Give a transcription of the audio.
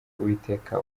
uwiteka